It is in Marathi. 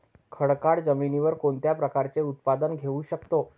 खडकाळ जमिनीवर कोणत्या प्रकारचे उत्पादन घेऊ शकतो?